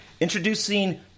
introducing